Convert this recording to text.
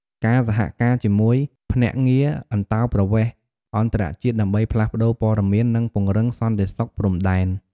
ការសហការជាមួយភ្នាក់ងារអន្តោប្រវេសន៍អន្តរជាតិដើម្បីផ្លាស់ប្តូរព័ត៌មាន និងពង្រឹងសន្តិសុខព្រំដែន។